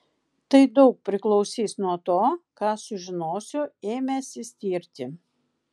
tai daug priklausys nuo to ką sužinosiu ėmęsis tirti